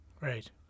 Right